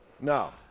No